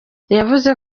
yavuze